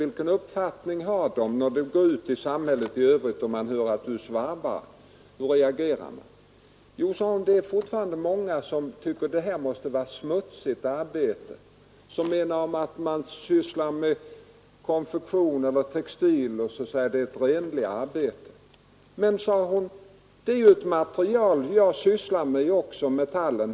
Vilken uppfattning har man, när du går ut i samhället i övrigt och man hör att du är svarvare, hur reagerar man? Jo, sade hon, det är fortfarande många som tycker att det måste vara ett smutsigt arbete och som menar att om man sysslar med konfektion eller textil, så är det ett renligare arbete. Men, fortsatte hon, det material som jag sysslar med är ju den här metallen.